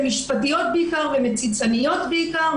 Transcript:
הן משפטיות בעיקר ומציצנות בעיקר.